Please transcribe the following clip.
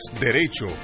derecho